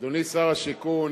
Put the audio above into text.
אדוני שר השיכון,